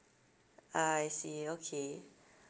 I see okay